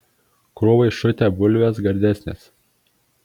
krūvoj šutę bulvės gardesnės